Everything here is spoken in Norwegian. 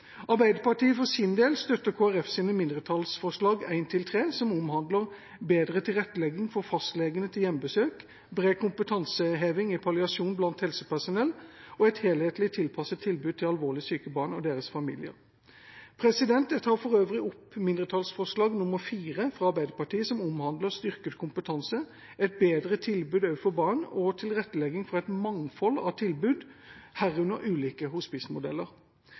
Arbeiderpartiet for sin del støtter Kristelig Folkepartis mindretallsforslag nr. 1–3, som omhandler bedre tilrettelegging for hjemmebesøk av fastlege, bred kompetanseheving i palliasjon blant helsepersonell og et helhetlig tilpasset tilbud til alvorlig syke barn og deres familier. Jeg tar for øvrig opp mindretallsforslag nr. 4 fra Arbeiderpartiet, Senterpartiet og Sosialistisk Venstreparti, som omhandler styrket kompetanse, et bedre tilbud overfor barn og tilrettelegging for et mangfold av tilbud, herunder ulike